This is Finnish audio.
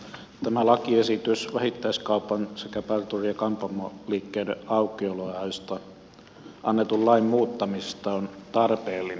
tämä lakiesitys vähittäiskaupan sekä parturi ja kampaamoliikkeiden aukioloajoista annetun lain muuttamisesta on tarpeellinen